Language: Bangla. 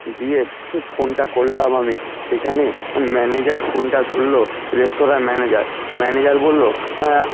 দিয়ে ফোনটা করলাম আমি সেখানে ম্যানেজার ফোনটা ধরলো রেস্তোরাঁর ম্যানেজার ম্যানেজার বললো হ্যাঁ